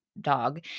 dog